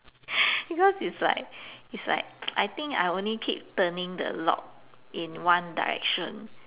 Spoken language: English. because it's like it's like I think I only keep turning the lock in one direction